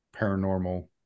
paranormal